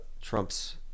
Trump's